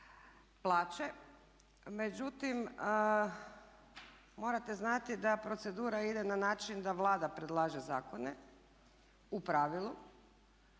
plaće. Međutim, morate znati da procedura ide na način da Vlada predlaže zakone, u pravilu,